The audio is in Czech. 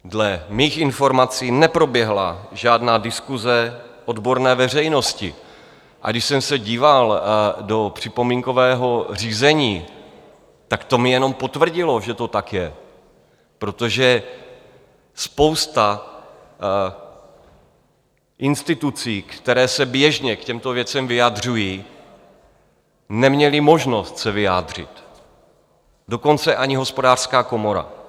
Dle mých informací neproběhla žádná diskuse odborné veřejnosti, a když jsem se díval do připomínkového řízení, tak to mi jenom potvrdilo, že to tak je, protože spousta institucí, které se běžně k těmto věcem vyjadřují, neměla možnost se vyjádřit, dokonce ani Hospodářská komora.